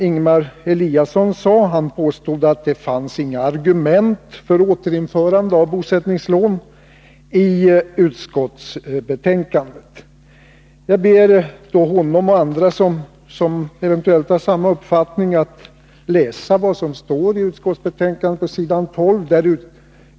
Ingemar Eliasson påstod att det inte fanns några argument för återinförande av bosättningslån i utskottsbetänkandet. Jag ber honom och andra som eventuellt har samma uppfattning att läsa vad som står i utskottsbetänkandet.